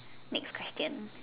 next question